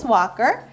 Walker